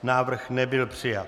Návrh nebyl přijat.